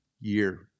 year